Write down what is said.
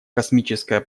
космическое